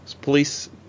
police